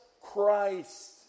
Christ